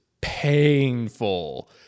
painful